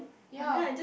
ya